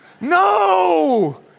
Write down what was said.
No